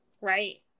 Right